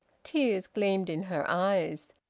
tears gleamed in her eyes.